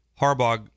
Harbaugh